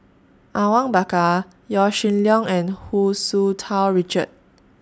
Awang Bakar Yaw Shin Leong and Hu Tsu Tau Richard